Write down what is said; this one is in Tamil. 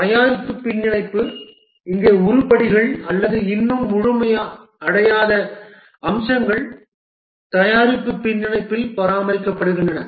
ஒன்று தயாரிப்பு பின்னிணைப்பு இங்கே உருப்படிகள் அல்லது இன்னும் முழுமையடையாத அம்சங்கள் தயாரிப்பு பின்னிணைப்பில் பராமரிக்கப்படுகின்றன